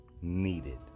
needed